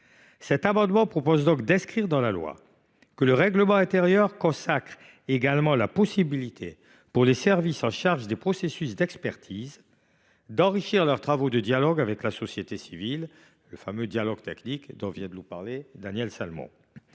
Cet amendement vise donc à inscrire dans la loi que le règlement intérieur consacre également la possibilité pour les services chargés des processus d’expertise d’enrichir leurs travaux de dialogues avec la société civile – c’est le fameux « dialogue technique » que vient d’évoquer Daniel Salmon.